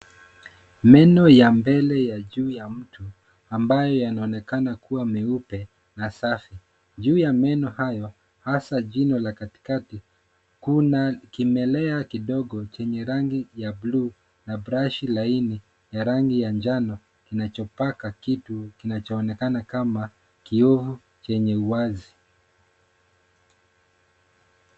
Meno ya mbele ya juu ya mtu ambayo yanaonekana kuwa meupe na safi, juu ya meno hayo hasa jino la katikati kuna kimelea kidogo chenye rangi ya bluu na brashi laini ya rangi ya njano inachopaka kitu kinachoonekana kama kioo chenye uwazi.